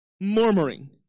murmuring